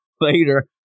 later